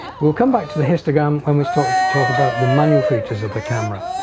we'll come back to the histogram when we start to talk about the manual features of the camera.